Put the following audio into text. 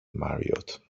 marriott